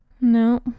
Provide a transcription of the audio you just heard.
No